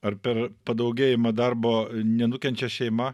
ar per padaugėjimą darbo nenukenčia šeima